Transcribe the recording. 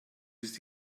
ist